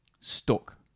stuck